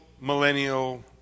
millennial